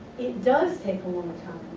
it does take a long